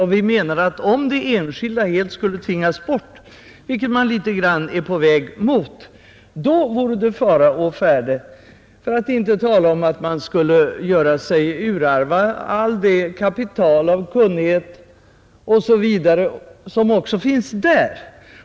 Och vi menar att om det enskilda byggandet helt skulle tvingas bort — vilket man litet grand är på väg mot — vore det fara å färde, för att inte tala om att man skulle göra sig urarva allt det kapital, den kunnighet osv. som också finns där.